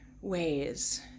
ways